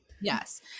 Yes